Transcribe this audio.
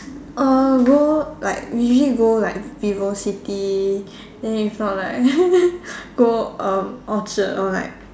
uh go like usually go like VivoCity then if not like go uh Orchard or like